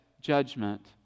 judgment